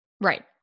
Right